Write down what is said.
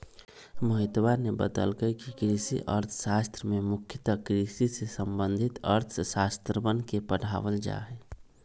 मोहितवा ने बतल कई कि कृषि अर्थशास्त्र में मुख्यतः कृषि से संबंधित अर्थशास्त्रवन के पढ़ावल जाहई